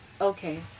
Okay